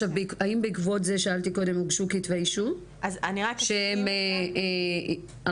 האם בעקבות זה הוגשו כתבי אישום שהם על